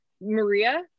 Maria